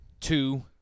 two